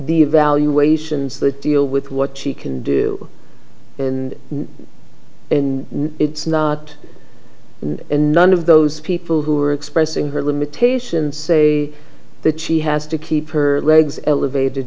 the evaluations that deal with what she can do and in it's not and none of those people who are expressing her limitation say that she has to keep her legs elevated t